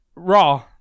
Raw